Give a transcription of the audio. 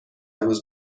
روز